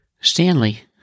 Stanley